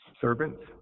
servants